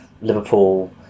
Liverpool